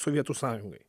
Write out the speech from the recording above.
sovietų sąjungai